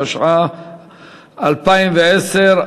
התש"ע 2010,